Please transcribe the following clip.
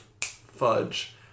Fudge